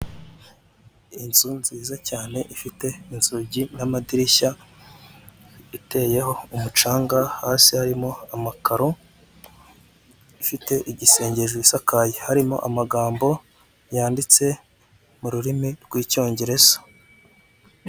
Inzu nziza cyane ifite inzugi n'amadirishya, iteyeho umucanga hasi harimo amakaro, ifite igisenge hejuru isakaye. Harimo amagambo yanditse mu rurimi rw'icyongereza.